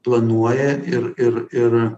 planuoja ir ir ir